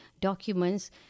documents